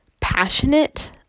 passionate